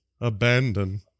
Abandon